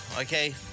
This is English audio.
Okay